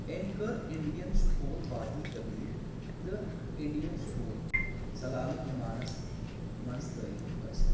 أمۍ كٔر Indian school Wadi Kabir تہٕ اِنڈِین سکوٗل سلالہٕ عمانَس منٛز تٔعلیٖم حٲصِل